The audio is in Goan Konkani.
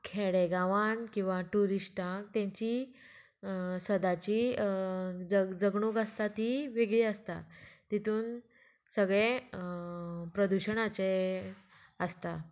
खेडेगांवान किंवां टुरिस्टाक तेंची सदांची जग जगणूक आसता ती वेगळी आसता तितून सगळें प्रदुशणाचें आसता